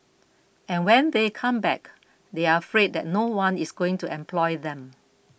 and when they come back they are afraid that no one is going to employ them